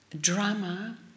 drama